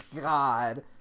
god